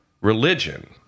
religion